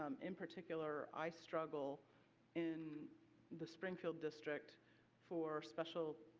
um in particular, i struggle in the springfield district for special